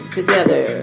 together